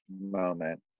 moment